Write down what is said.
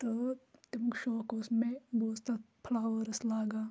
تہٕ تمیُک شوق اوس مےٚ بہٕ اوسُس تَتھ فٕلاوٲرٕس لاگان